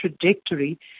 trajectory